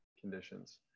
conditions